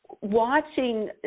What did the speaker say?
watching